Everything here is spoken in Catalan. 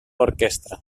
orquestra